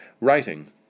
writing